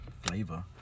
flavor